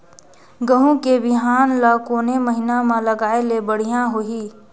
गहूं के बिहान ल कोने महीना म लगाय ले बढ़िया होही?